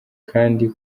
kandi